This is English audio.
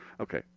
Okay